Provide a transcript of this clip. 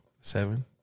Seven